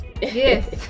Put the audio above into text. Yes